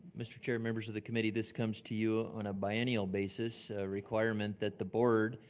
mr. chair, members of the committee, this comes to you on a biannual basis, requirement that the board